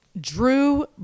Drew